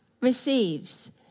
receives